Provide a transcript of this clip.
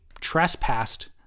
trespassed